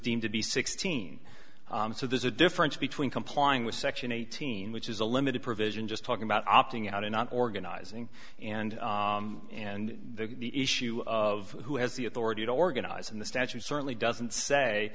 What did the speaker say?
deemed to be sixteen so there's a difference between complying with section eighteen which is a limited provision just talking about opting out and organizing and and the issue of who has the authority to organize and the statute certainly doesn't say